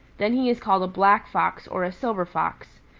then he is called a black fox or silver fox.